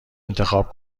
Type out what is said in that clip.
انتخاب